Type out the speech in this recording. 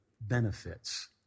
benefits